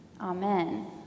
Amen